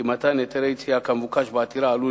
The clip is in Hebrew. כי מתן היתרי יציאה כמבוקש בעתירה עלול